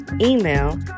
email